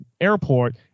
airport